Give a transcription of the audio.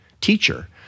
teacher